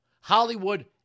Hollywood